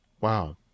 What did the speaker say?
wow